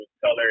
color